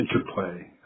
interplay